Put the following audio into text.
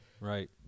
Right